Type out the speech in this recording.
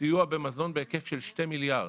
סיוע במזון בהיקף של 2,000,000,000.